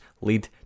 lead